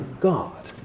God